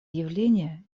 явление